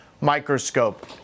microscope